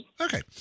Okay